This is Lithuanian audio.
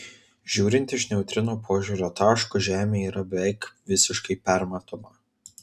žiūrint iš neutrino požiūrio taško žemė yra beveik visiškai permatoma